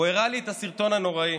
הוא הראה לי את הסרטון הנוראי.